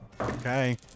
Okay